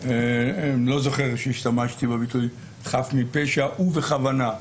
לא זוכר שהשתמשתי בביטוי חף מפשע ובכוונה.